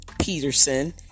Peterson